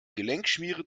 gelenkschmiere